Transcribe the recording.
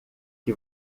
que